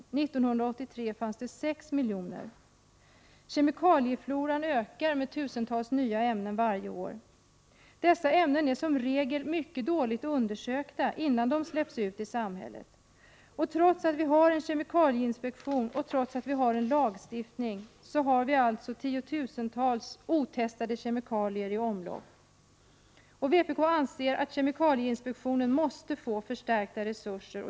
1983 fanns det 6 miljoner. Kemikaliefloran ökar med tusentals nya ämnen varje år. Dessa ämnen är som regel mycket dåligt undersökta innan de släpps ut i samhället. Trots att vi har en kemikalieinspektion och trots att vi har en lagstiftning har vi tiotusentals otestade kemikalier i omlopp. Vpk anser att kemikalieinspektionen måste få en förstärkning av sina resurser.